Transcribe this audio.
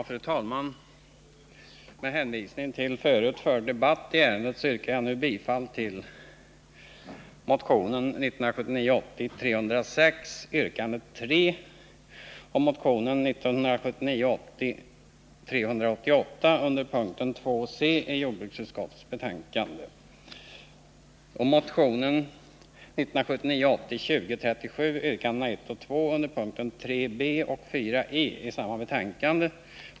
Fru talman! Med hänvisning till tidigare debatt i ärendet yrkar jag bifall till motion 1979 80:388 som behandlas under mom. 2c) i utskottets betänkande samt motion 1979/80:2037, yrkandena 1 och 2, som behandlas under mom. 3 b) och 4 e) i utskottets betänkande.